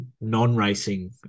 non-racing